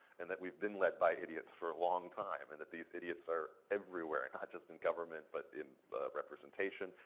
and that we've been led by idiots for a long time, and that these idiots are everywhere. and not just in government, but in the representation,